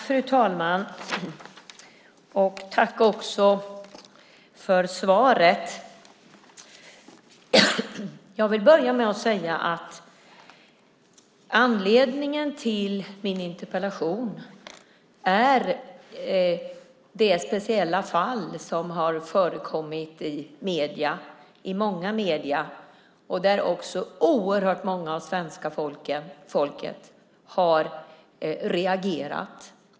Fru talman! Tack för svaret! Jag vill börja med att säga att anledningen till min interpellation är de speciella fall som har förekommit i många medier och där oerhört många bland svenska folket har reagerat.